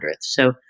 So-